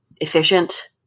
efficient